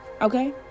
Okay